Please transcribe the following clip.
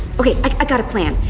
okay. i got a plan.